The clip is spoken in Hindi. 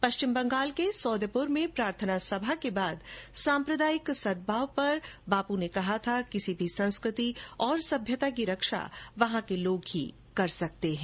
पश्चिम बंगाल के सौदेपुर में प्रार्थना सभा के बाद साम्प्रदायिक सदभाव पर बापू ने कहा था कि किसी भी संस्कृति और सभ्यता की रक्षा वहां के लोग ही कर सकते हैं